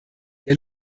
der